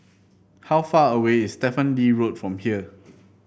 how far away is Stephen Lee Road from here